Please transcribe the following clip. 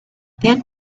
then